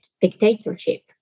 dictatorship